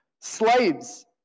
Slaves